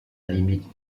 limite